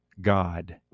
God